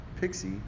Pixie